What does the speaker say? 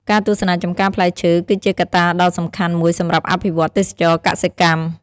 ការទស្សនាចម្ការផ្លែឈើគឺជាកត្តាដ៏សំខាន់មួយសម្រាប់អភិវឌ្ឍន៍ទេសចរណ៍កសិកម្ម។